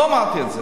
לא אמרתי את זה,